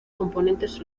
componentes